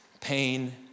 pain